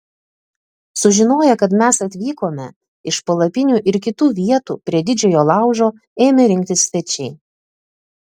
sužinoję kad mes atvykome iš palapinių ir kitų vietų prie didžiojo laužo ėmė rinktis svečiai